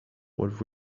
what